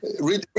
read